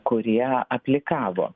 kurie aplikavo